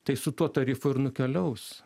tai su tuo tarifų ir nukeliaus